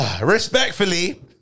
Respectfully